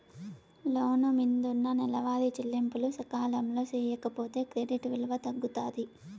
లోను మిందున్న నెలవారీ చెల్లింపులు సకాలంలో సేయకపోతే క్రెడిట్ విలువ తగ్గుతాది